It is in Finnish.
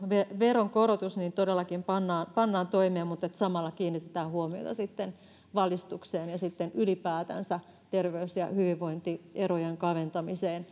veronkorotus todellakin pannaan pannaan toimeen mutta että samalla kiinnitetään huomiota sitten valistukseen ja ylipäätänsä terveys ja hyvinvointierojen kaventamiseen